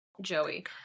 joey